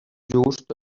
just